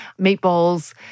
meatballs